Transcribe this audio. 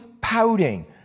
pouting